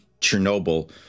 Chernobyl